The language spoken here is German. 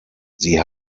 sie